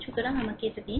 সুতরাং আমাকে এটা দিন